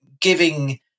giving